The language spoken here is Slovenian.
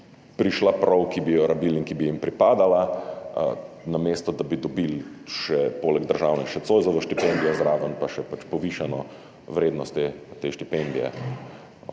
prišla prav, ki bi jo rabili in ki bi jim pripadala, namesto da bi dobili poleg državne še Zoisovo štipendijo, zraven pa še povišano vrednost te štipendije